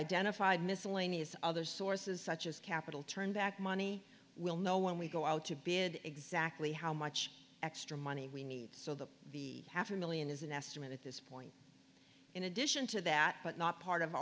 identified miscellaneous other sources such as capital turn back money we'll know when we go out to bid exactly how much extra money we need so that half a million is an estimate at this point in addition to that but not part of